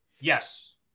Yes